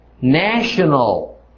National